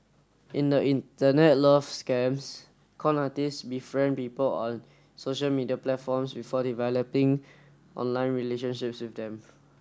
in the Internet love scams con artist befriend people on social media platforms before developing online relationships with them